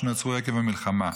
שנוצרו עקב המלחמה.